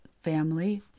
family